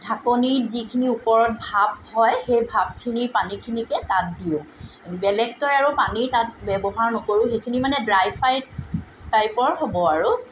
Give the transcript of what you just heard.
ঢাকনিত যিখিনি ওপৰত ভাপ হয় সেই ভাপখিনি পানীখিনিকে তাত দিওঁ বেলেগকৈ আৰু পানী তাত পানী ব্যৱহাৰ নকৰোঁ সেইখিনি মানে ড্ৰাই ফ্ৰাই টাইপৰ হ'ব আৰু